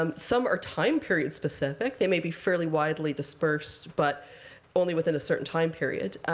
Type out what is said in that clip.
um some are time period-specific. they may be fairly widely dispersed, but only within a certain time period.